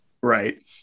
Right